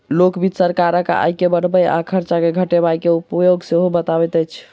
लोक वित्त सरकारक आय के बढ़बय आ खर्च के घटबय के उपाय सेहो बतबैत छै